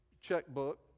checkbook